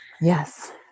Yes